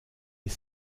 est